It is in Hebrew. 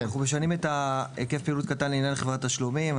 אנחנו משנים את היקף פעילות קטן לעניין חברת תשלומים.